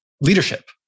leadership